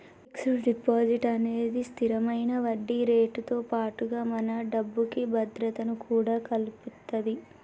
fixed deposit అనేది స్తిరమైన వడ్డీరేటుతో పాటుగా మన డబ్బుకి భద్రతను కూడా కల్పిత్తది